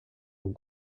and